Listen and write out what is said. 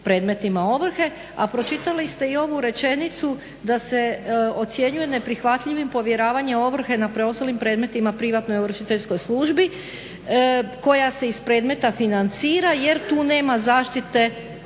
predmetima ovrhe, a pročitali ste i ovu rečenicu da se ocjenjuje neprihvatljivim povjeravanje ovrhe na preostalim predmetima privatnoj ovršiteljskoj službi koja se iz predmeta financira jer tu nema zaštite